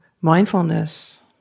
mindfulness